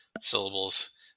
syllables